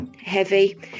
heavy